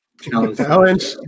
Challenge